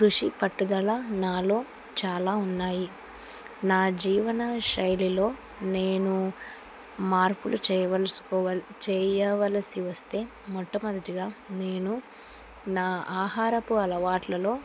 కృషి పట్టుదల నాలో చాలా ఉన్నాయి నా జీవన శైలిలో నేను మార్పులు చేయవల్సుకోవల్ చేయవలసి వస్తే మొట్టమొదటిగా నేను నా ఆహారపు అలవాట్లలో